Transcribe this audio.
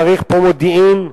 צריך מודיעין,